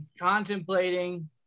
Contemplating